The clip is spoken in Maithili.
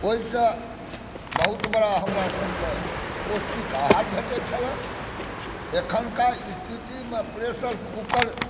ओहिसँ बहुत बड़ा हमरासभकें पौष्टिक आहार भेटैत छल अखनका स्थितिमे प्रेशर कूकर